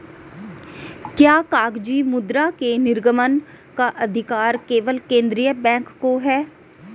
क्या कागजी मुद्रा के निर्गमन का अधिकार केवल केंद्रीय बैंक को है?